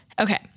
okay